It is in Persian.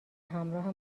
همراه